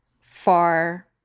far